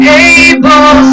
able